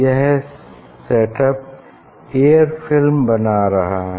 यह set up air film बना रहा है